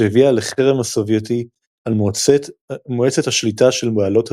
שהביאה לחרם הסובייטי על מועצת השליטה של בעלות הברית,